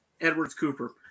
Edwards-Cooper